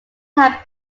have